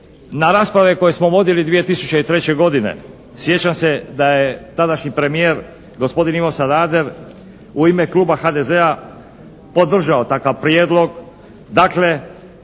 na rasprave koje smo vodili 2003. godine. Sjećam se da je tadašnji premijer gospodin Ivo Sanader u ime Kluba HDZ-a podržao takav prijedlog.